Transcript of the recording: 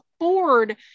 afford